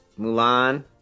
Mulan